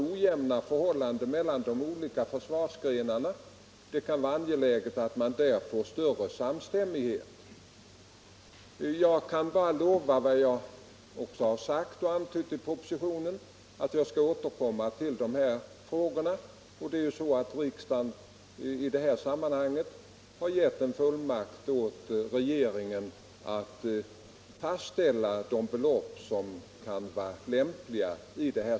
Skilda förhållanden råder inom de olika försvarsgrenarna, och det kan vara angeläget att där få större samstämmighet. Jag kan bara lova vad jag har antytt i propositionen, nämligen att jag skall återkomma till dessa frågor. I detta sammanhang har riksdagen givit en fullmakt åt regeringen att fastställa de belopp som kan vara lämpliga.